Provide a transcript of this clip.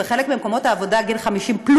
בחלק ממקומות העבודה גיל 50+,